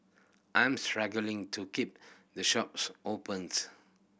I'm struggling to keep the shops opened